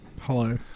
Hello